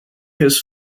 his